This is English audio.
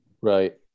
Right